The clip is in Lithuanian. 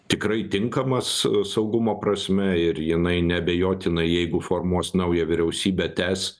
tikrai tinkamas saugumo prasme ir jinai neabejotinai jeigu formuos naują vyriausybę tęs